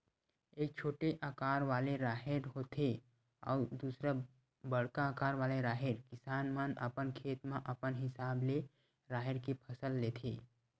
एक छोटे अकार वाले राहेर होथे अउ दूसर बड़का अकार वाले राहेर, किसान मन अपन खेत म अपन हिसाब ले राहेर के फसल लेथे